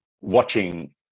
watching